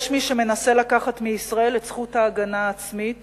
יש מי שמנסה לקחת מישראל את זכות ההגנה העצמית